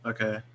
Okay